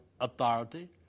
authority